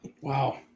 Wow